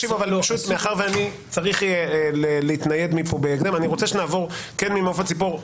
מאחר שאני צריך להתנייד מפה בהקדם אני רוצה שנעבור ממעוף הציפור.